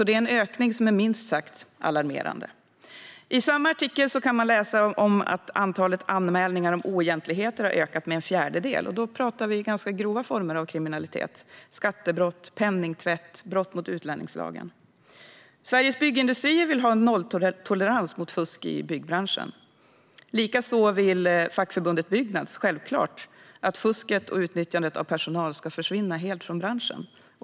Det är alltså en minst sagt alarmerande ökning. I samma artikel kan man läsa att antalet anmälningar om oegentligheter har ökat med en fjärdedel, och då pratar vi om ganska grova former av kriminalitet - skattebrott, penningtvätt och brott mot utlänningslagen. Sveriges Byggindustrier vill ha nolltolerans mot fusk i byggbranschen. Likaså vill fackförbundet Byggnads självklart att fusket och utnyttjandet av personal ska försvinna helt från branschen.